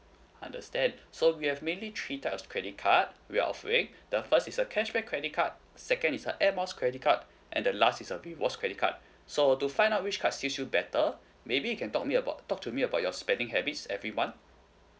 understand so we have mainly three types of credit card we are offering the first is a cashback credit card second is a Air Miles credit card and the last is a rewards credit card so to find out which card suit you better maybe you can talk me about talk to me about your spending habits every month